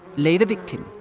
lay the victim